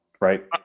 Right